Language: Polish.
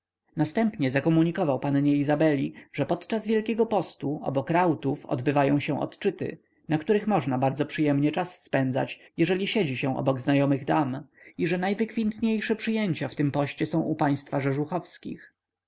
następnie zakomunikował pannie izabeli że podczas wielkiego postu obok rautów odbywają się odczyty na których można bardzo przyjemnie czas spędzać jeżeli siedzi się obok znajomych dam i że najwykwintniejsze przyjęcia w tym poście są u państwa